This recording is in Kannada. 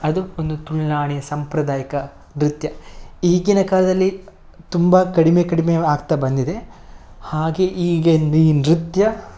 ಅದು ಒಂದು ತುಳುನಾಡಿನ ಸಾಂಪ್ರದಾಯಿಕ ನೃತ್ಯ ಈಗಿನ ಕಾಲದಲ್ಲಿ ತುಂಬ ಕಡಿಮೆ ಕಡಿಮೆ ಆಗ್ತಾ ಬಂದಿದೆ ಹಾಗೇ ಈಗಿನ ಈ ನೃತ್ಯ